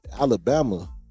Alabama